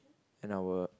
and our